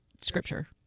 scripture